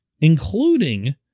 including